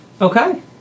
Okay